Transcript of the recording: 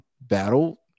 battle